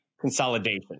consolidation